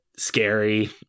scary